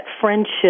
friendship